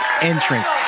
entrance